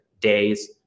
days